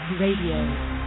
Radio